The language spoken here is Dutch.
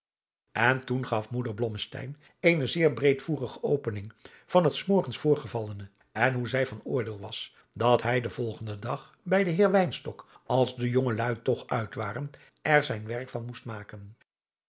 en toen gaf moeder blommesteyn eene zeer breedvoerige opening van het s morgens voorgevallene en hoe zij van oordeel was dat hij den volgenden dag bij den heer wynstok als de jongeluî toch uit waren er zijn werk van moest maken